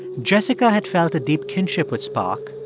jessica had felt a deep kinship with spock,